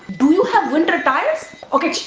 do you have winter tires? okay, shhh!